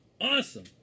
Awesome